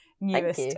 newest